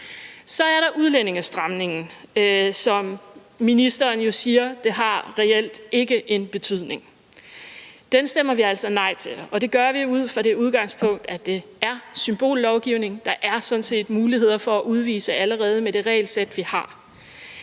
Så er der udlændingestramningen, som ministeren jo siger reelt ikke har en betydning. Den stemmer vi altså nej til, og det gør vi ud fra det udgangspunkt, at det altså er symbollovgivning – der er sådan set muligheder for at udvise allerede med det regelsæt, vi har.